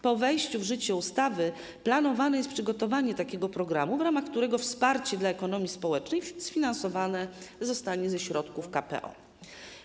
Po wejściu w życie ustawy planowane jest przygotowanie takiego programu, w ramach którego wsparcie dla ekonomii społecznej sfinansowane zostanie ze środków KPO.